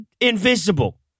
invisible